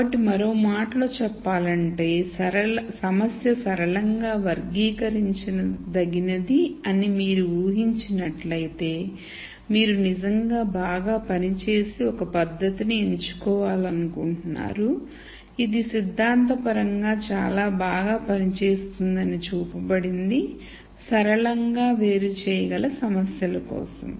కాబట్టి మరో మాటలో చెప్పాలంటే సమస్య సరళంగా వర్గీకరించదగినది అని మీరు ఊహించినట్లయితే మీరు నిజంగా బాగా పని చేసే ఒక పద్ధతిని ఎంచుకోవాలనుకుంటున్నారు ఇది సిద్ధాంతపరంగా చాలా బాగా పనిచేస్తుందని చూపబడింది సరళంగా వేరు చేయగల సమస్యల కోసం